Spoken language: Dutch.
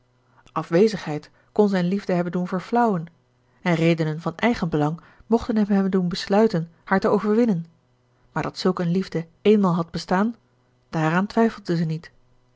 afwezigheid kon zijn liefde hebben doen verflauwen en redenen van eigenbelang mochten hem hebben doen besluiten haar te overwinnen maar dat zulk een liefde eenmaal had bestaan daaraan twijfelde zij niet